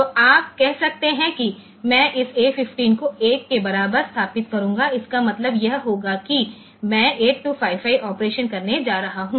तो आप कह सकते हैं कि मैं इस A15 को 1 के बराबर स्थापित करूंगा इसका मतलब यह होगा कि मैं 8255 ऑपरेशन करने जा रहा हूं